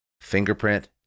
fingerprint